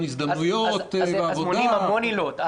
הזדמנויות בעבודה --- מונים המון עילות.